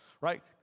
Right